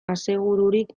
asegururik